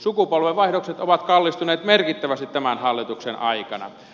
sukupolvenvaihdokset ovat kallistuneet merkittävästi tämän hallituksen aikana